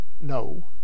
No